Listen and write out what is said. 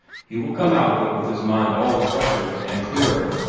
he will come out of it with his mind all the fresher and clearer.